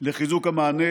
לחיזוק המענה.